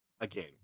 Again